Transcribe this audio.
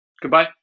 Goodbye